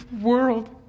world